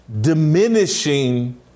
diminishing